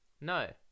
No